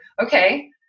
okay